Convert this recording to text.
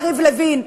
יריב לוין.